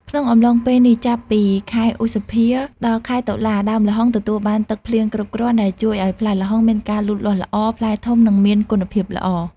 ក្នុងកំឡុងពេលនេះចាប់ពី ខែឧសភា ដល់ ខែតុលា ដើមល្ហុងទទួលបានទឹកភ្លៀងគ្រប់គ្រាន់ដែលជួយឱ្យផ្លែល្ហុងមានការលូតលាស់ល្អ ផ្លែធំ និងមានគុណភាពល្អ។